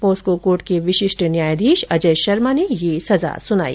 POCSO court के विशिष्ट न्यायाधीश अजय शर्मा ने यह सजा सुनाई